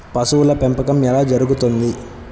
పశువుల పెంపకం ఎలా జరుగుతుంది?